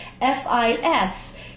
F-I-S